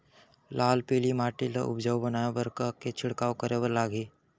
लाल पीली माटी ला उपजाऊ बनाए बर का का के छिड़काव करे बर लागही?